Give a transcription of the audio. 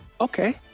Okay